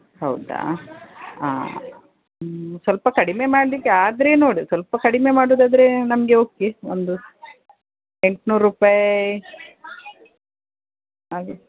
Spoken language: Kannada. ಹೌದಾ ಹಾಂ ಸ್ವಲ್ಪ ಕಡಿಮೆ ಮಾಡಲಿಕ್ಕೆ ಆದರೆ ನೋಡಿ ಸ್ವಲ್ಪ ಕಡಿಮೆ ಮಾಡುವುದಾದ್ರೆ ನಮಗೆ ಓಕೆ ಒಂದು ಎಂಟ್ನೂರು ರೂಪಾಯಿ ಹಾಗೆ